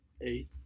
Eight